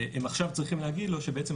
הם עכשיו צריכים להגיד לו שבעצם,